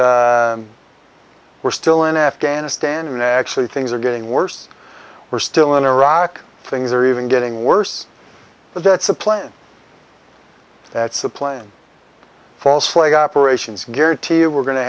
but we're still in afghanistan actually things are getting worse we're still in iraq things are even getting worse but that's a plan that's the plain false flag operations guarantee you we're go